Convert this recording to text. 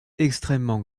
extrêmement